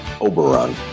Oberon